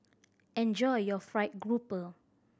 enjoy your fried grouper